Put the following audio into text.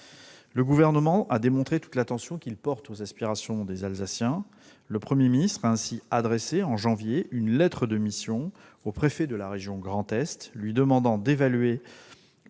Le Gouvernement a démontré toute l'attention qu'il porte aux aspirations des Alsaciens. Le Premier ministre a ainsi adressé en janvier une lettre de mission au préfet de la région Grand Est lui demandant d'évaluer